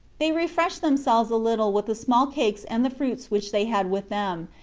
they refreshed themselves a little with the small cakes and the fruits which they had with them,